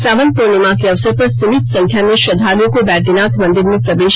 सावन पूर्णिमा के अवसर पर सीमित संख्या मे श्रद्दालुओं को बैद्यनाथ मंदिर में प्रवे